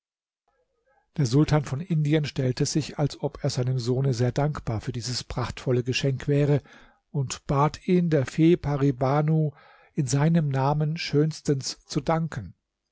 der sultan von indien stellte sich als ob er seinem sohne sehr dankbar für dieses prachtvolle geschenk wäre und bat ihn der fee pari banu in seinem namen schönstens zu danken